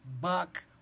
buck